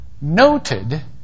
noted